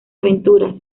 aventuras